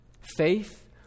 faith